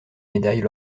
médailles